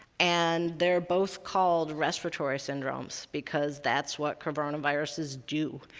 and they're both called respiratory syndromes because that's what coronaviruses do.